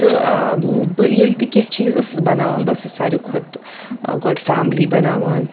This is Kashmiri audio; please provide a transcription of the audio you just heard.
تہٕ بہٕ ییٚلہِ تہِ کینٛہہ چیٖز ٲسٕس بَناوان بہٕ ٲسٕس ساروِی کھۄتہٕ گۄڈٕ فَیملِی بَناوان